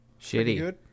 Shitty